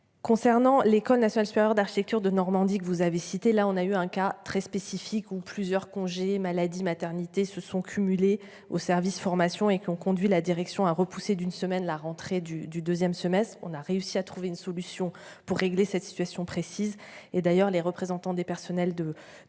Concernant l'École nationale supérieure d'architecture de Normandie que vous avez cité, là on a eu un cas très spécifique, ou plusieurs congés maladie, maternité se sont cumulés au service formation et qui ont conduit la direction a repoussé d'une semaine la rentrée du du deuxième semestre on a réussi à trouver une solution pour régler cette situation précise, et d'ailleurs les représentants des personnels de